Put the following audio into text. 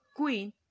Queen